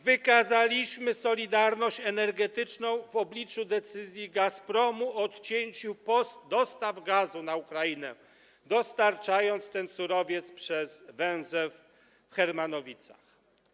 Wykazaliśmy solidarność energetyczną w obliczu decyzji Gazpromu o odcięciu dostaw gazu na Ukrainę, dostarczając ten surowiec przez węzeł w Hermanowicach.